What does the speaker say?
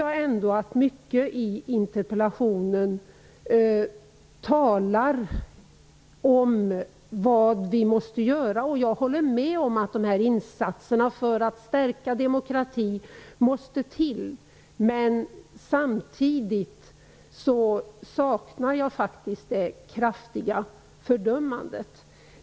Jag tycker ändå att mycket i interpellationen gäller vad vi måste göra. Jag håller med om att de här insatserna för att stärka demokratin måste till. Samtidigt saknar jag faktiskt det kraftiga fördömandet.